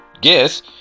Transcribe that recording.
guess